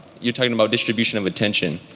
you're talking about distribution of attention,